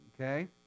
Okay